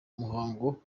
muhango